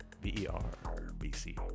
B-E-R-B-C